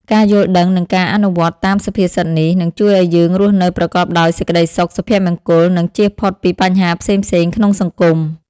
ការយល់ដឹងនិងការអនុវត្តតាមសុភាសិតនេះ នឹងជួយឱ្យយើងរស់នៅប្រកបដោយសេចក្តីសុខ សុភមង្គល និងចៀសផុតពីបញ្ហាផ្សេងៗក្នុងសង្គម។